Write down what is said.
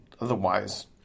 otherwise